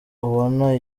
ubona